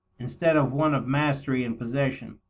instead of one of mastery and possession.